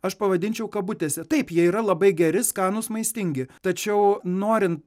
aš pavadinčiau kabutėse taip jie yra labai geri skanūs maistingi tačiau norint